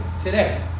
Today